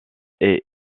est